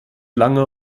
lange